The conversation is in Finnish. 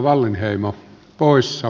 herra puhemies